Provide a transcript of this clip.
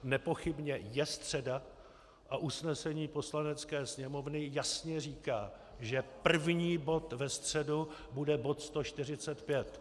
Nepochybně je středa a usnesení Poslanecké sněmovny jasně říká, že první bod ve středu bude bod 145.